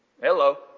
Hello